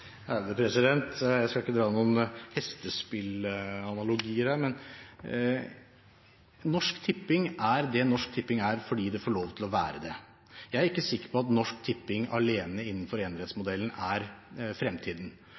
Jeg skal ikke dra noen hestespillanalogier her, men Norsk Tipping er det Norsk Tipping er, fordi det får lov til å være det. Jeg er ikke sikker på at Norsk Tipping alene innenfor enerettsmodellen er fremtiden.